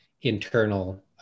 internal